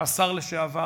השר לשעבר,